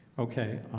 okay,